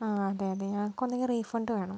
ആ അതെ അതെ നമുക്ക് ഒന്നെങ്കിൽ റീഫണ്ട് വേണം